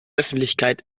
öffentlichkeit